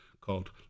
called